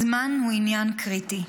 הזמן הוא עניין קריטי.